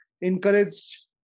Encourage